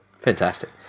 Fantastic